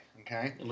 okay